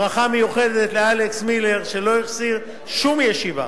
ברכה מיוחדת לאלכס מילר, שלא החסיר שום ישיבה